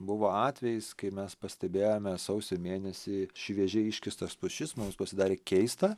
buvo atvejis kai mes pastebėjome sausio mėnesį šviežiai iškirstas pušis mums pasidarė keista